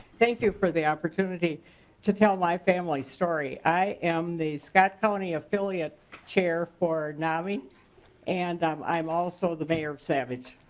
thank you for the opportunity to tell my family story. i am the scott county affiliate chair for nomy and um also the mayor of saverage.